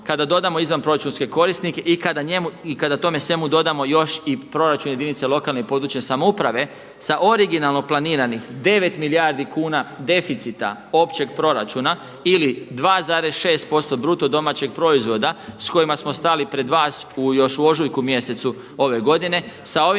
kada dodamo izvanproračunske korisnike i kada tome svemu dodamo još i proračun jedinice lokalne i područne samouprave sa originalno planiranih 9 milijardi kuna deficita općeg proračuna ili 2,6% bruto domaćeg proizvoda s kojima smo stali pred vas još u ožujku mjesecu ove godine. Sa ovim